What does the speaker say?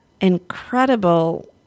incredible